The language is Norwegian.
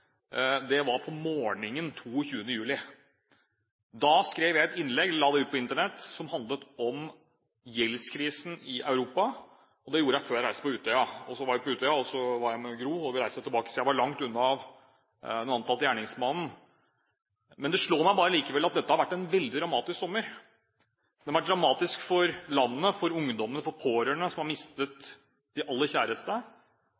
min, var om morgenen den 22. juli. Da jeg skrev et innlegg og la det ut på Internett. Det handlet om gjeldskrisen i Europa. Det gjorde jeg før jeg reiste til Utøya. Jeg var på Utøya sammen med Gro og var langt unna gjerningsmannen. Dette har vært en veldig dramatisk sommer. Den har vært dramatisk for landet, for ungdommen og for de pårørende som har